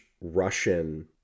Russian